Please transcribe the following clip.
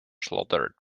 slaughtered